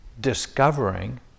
discovering